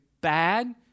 bad